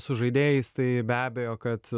su žaidėjais tai be abejo kad